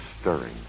stirring